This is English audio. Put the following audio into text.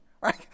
right